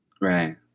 Right